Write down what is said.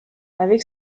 avec